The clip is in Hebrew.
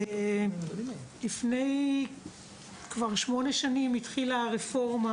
כבר לפני שמונה שנים התחילה הרפורמה